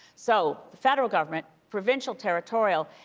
so federal government, provincial, territorial.